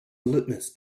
litmus